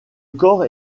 corps